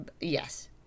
Yes